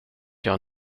jag